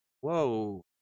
Whoa